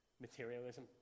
materialism